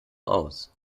aus